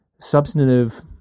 substantive